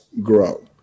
grow